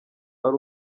ari